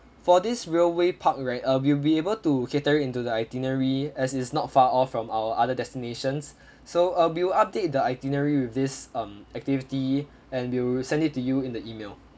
for this railway park right uh we'll be able to cater into the itinerary as it's not far off from our other destinations so uh we will update the itinerary with this um activity and we will send it to you in the email uh please give